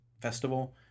festival